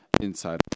inside